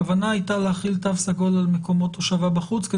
הכוונה הייתה להכיל תו סגול על מקומות הושבה בחוץ?